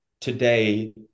today